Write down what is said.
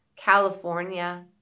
California